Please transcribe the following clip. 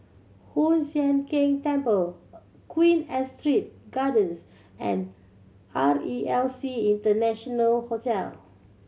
Hoon Sian Keng Temple Queen Astrid Gardens and R E L C International Hotel